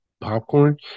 popcorn